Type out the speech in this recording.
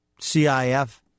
CIF